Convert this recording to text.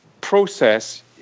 process